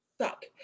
suck